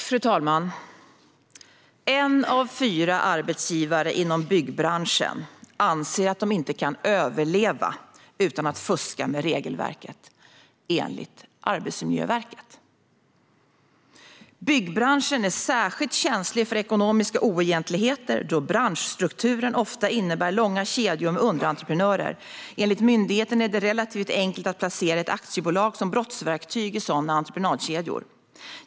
Fru talman! En av fyra arbetsgivare inom byggbranschen anser att de inte kan överleva utan att fuska med regelverket, enligt Arbetsmiljöverket. Byggbranschen är särskilt känslig för ekonomiska oegentligheter då branschstrukturen ofta innebär långa kedjor med underentreprenörer. Enligt myndigheten är det relativt enkelt att placera ett aktiebolag som brottsverktyg i sådana entreprenadkedjor.